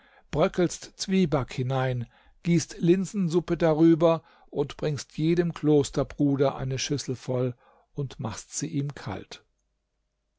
bröckelst zwieback hinein gießt linsensuppe darüber und bringst jedem klosterbruder eine schüssel voll und machst sie ihm kalt